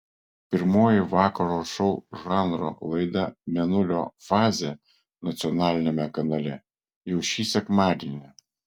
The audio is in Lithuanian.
pirmoji vakaro šou žanro laida mėnulio fazė nacionaliniame kanale jau šį sekmadienį